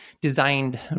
designed